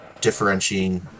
differentiating